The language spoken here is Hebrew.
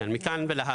כן, מכאן ולהבא.